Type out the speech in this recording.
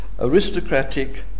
aristocratic